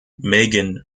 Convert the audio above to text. meighen